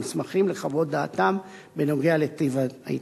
המוסמכים לחוות דעתם בנוגע לטיב ההתמחות.